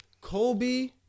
Kobe